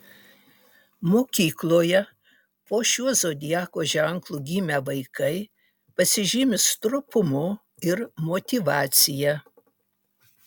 mokykloje po šiuo zodiako ženklu gimę vaikai pasižymi stropumu ir motyvacija